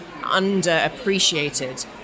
underappreciated